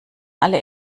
alle